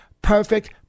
Perfect